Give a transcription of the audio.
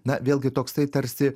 na vėlgi toksai tarsi